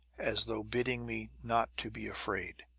as though bidding me not to be afraid.